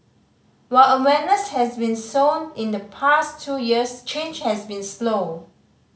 while awareness has been sown in the past two years change has been slow